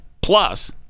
plus